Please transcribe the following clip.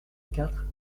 quatre